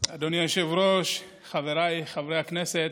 אדוני היושב-ראש, חבריי חברי הכנסת,